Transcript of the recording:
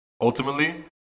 ultimately